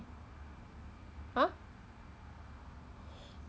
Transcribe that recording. !huh!